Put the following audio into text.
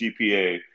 gpa